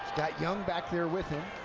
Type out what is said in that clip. got young back there with him,